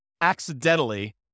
accidentally